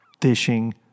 Fishing